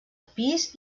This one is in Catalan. pis